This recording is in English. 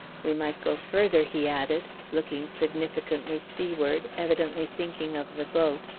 we might go further, he added, looking significantly seaward, evidently thinking of the boat,